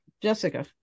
Jessica